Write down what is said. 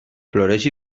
floreix